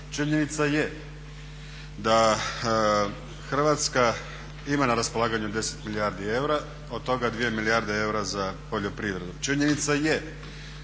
činjenica je da Hrvatska ima na raspolaganju 10 milijardi eura, od toga 2 milijarde eura za poljoprivredu. Činjenica je